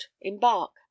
embark